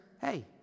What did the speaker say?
hey